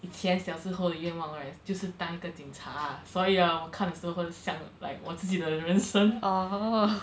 以前小时候的愿望 right 就是当一个警察所以 orh 我看的时候想 like 我自己的人生